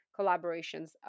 collaborations